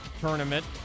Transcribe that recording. Tournament